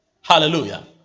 Hallelujah